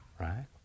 Right